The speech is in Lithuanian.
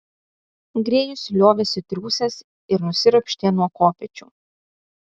grėjus liovėsi triūsęs ir nusiropštė nuo kopėčių